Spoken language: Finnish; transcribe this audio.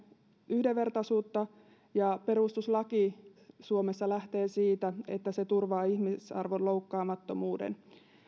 yhdenvertaisuutta ja perustuslaki suomessa lähtee siitä että se turvaa ihmisarvon loukkaamattomuuden